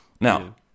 Now